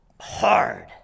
hard